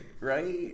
right